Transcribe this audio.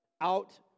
Out